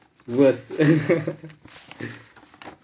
worth